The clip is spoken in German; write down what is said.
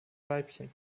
weibchen